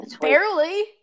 Barely